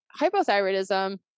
hypothyroidism